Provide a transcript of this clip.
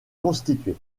constitué